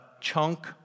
chunk